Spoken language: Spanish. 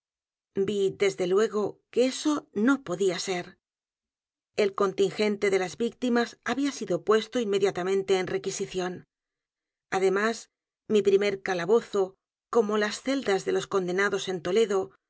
vi desde luego que eso no podía ser el contingente de las víctimas había sido puesto inmediatamente en requisición además mi primer calabozo como las celdas de los condenados en toledo